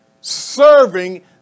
serving